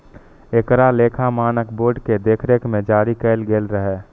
एकरा लेखा मानक बोर्ड के देखरेख मे जारी कैल गेल रहै